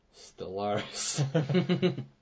Stellaris